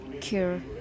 care